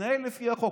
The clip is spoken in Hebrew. תתנהל לפי החוק.